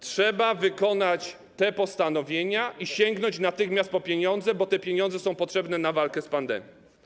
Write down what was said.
Trzeba wykonać te postanowienia i sięgnąć natychmiast po pieniądze, bo te pieniądze są potrzebne na walkę z pandemią.